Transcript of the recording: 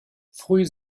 früh